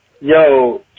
Yo